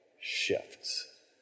shifts